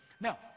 Now